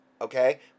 okay